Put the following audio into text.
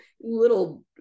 little